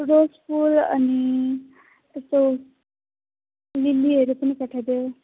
रोज फुल अनि त्यस्तो लिलीहरू पनि पठाइदेऊ